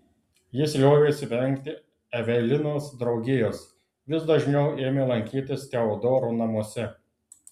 jis liovėsi vengti evelinos draugijos vis dažniau ėmė lankytis teodoro namuose